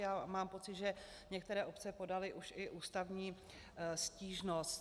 A mám pocit, že některé obce podaly už i ústavní stížnost.